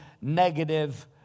negative